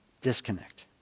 disconnect